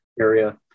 area